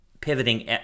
pivoting